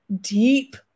Deep